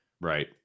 Right